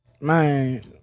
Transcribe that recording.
Man